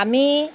আমি